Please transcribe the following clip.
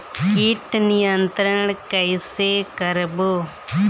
कीट नियंत्रण कइसे करबो?